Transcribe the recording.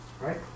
right